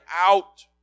out